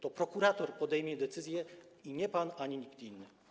To prokurator podejmie decyzję, nie pan ani nikt inny.